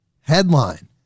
Headline